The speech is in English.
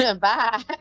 Bye